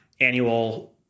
annual